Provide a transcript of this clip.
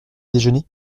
déjeuner